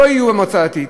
לא ילכו למועצה הדתית.